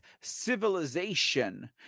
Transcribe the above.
civilization